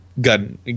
gun